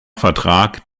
vertrag